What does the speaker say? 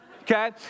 okay